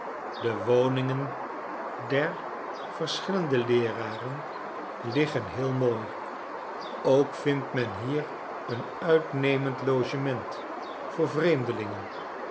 de woningen der verschillende leeraren liggen heel mooi ook vindt men hier een uitnemend logement voor vreemdelingen